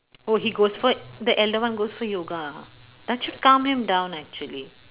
oh he goes for the elder one goes for yoga that should calm him down actually